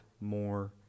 more